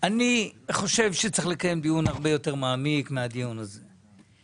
אני חושב שצריך לקיים דיון הרבה יותר מעמיק מהדיון הזה,